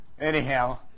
Anyhow